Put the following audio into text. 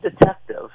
detective